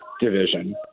division